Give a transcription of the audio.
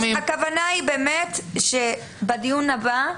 הכוונה היא שבדיון הבא,